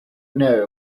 know